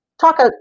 Talk